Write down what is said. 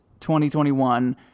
2021